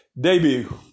debut